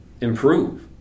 improve